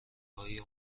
های